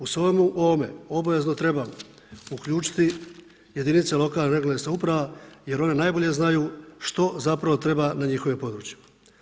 U svemu ovome obavezno treba uključiti jedinice lokalne, regionalne samouprave jer one najbolje znaju što zapravo treba na njihovim područjima.